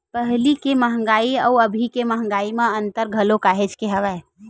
पहिली के मंहगाई अउ अभी के मंहगाई म अंतर घलो काहेच के हवय